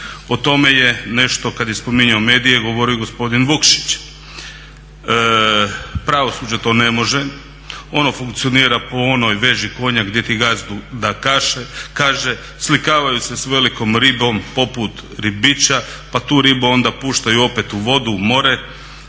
O tome je nešto kad je spominjao medije govorio i gospodin Vukšić. Pravosuđe to ne može, ono funkcionira po onoj "Veži konja gdje ti gazdu" da kaže slikavaju se s velikom ribom poput ribiča, pa tu ribu onda puštaju opet u vodu u more,